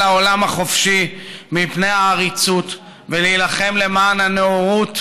העולם החופשי מפני העריצות ולהילחם למען הנאורות,